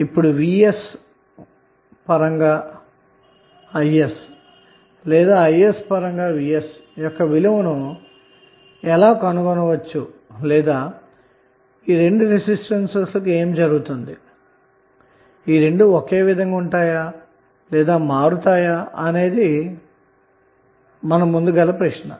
ఇప్పుడు v s పరంగా i s ను లేదా i s పరంగా v s ను ఎలా కనుగొనవచు అలాగే ఈ రెండు రెసిస్టెన్స్ లు ఏమవుతాయి ఈ రెండూ ఒకే విధంగా ఉంటాయా లేదా మారుతాయా అన్నది తదుపరి ప్రశ్న